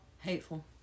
Hateful